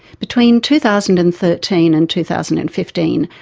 between two thousand and thirteen and two thousand and fifteen,